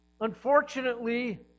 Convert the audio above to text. Unfortunately